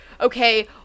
okay